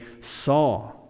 saw